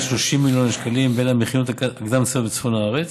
30 מיליון השקלים בין המכינות הקדם-צבאיות בצפון הארץ.